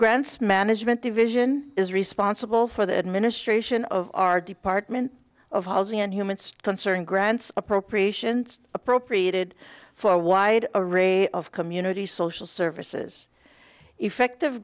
grants management division is responsible for the administration of our department of housing and humans concerning grants appropriations appropriated for a wide array of community social services effective